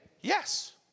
Yes